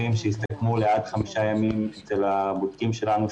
שיסתכמו עד חמישה ימים אצל הבודקים שלנו,